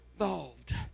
involved